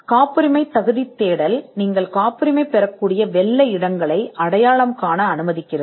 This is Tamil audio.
காப்புரிமை பெறக்கூடிய தேடல் நீங்கள் காப்புரிமை பெறக்கூடிய வெள்ளை இடங்களை அடையாளம் காண அனுமதிக்கிறது